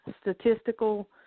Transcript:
statistical